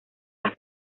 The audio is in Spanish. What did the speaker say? las